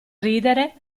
ridere